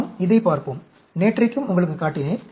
நாம் இதைப் பார்ப்போம் நேற்றைக்கும் உங்களுக்குக் காட்டினேன்